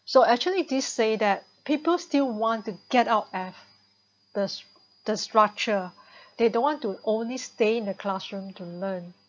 so actually these say that people still want to get out of the the structure they don't want to only stay in the classroom to learn